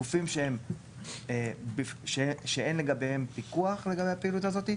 גופים שאין לגביהם פיקוח לגבי הפעילות הזאת,